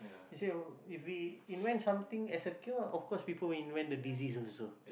he say if we invent as a cure of course people will invent the disease also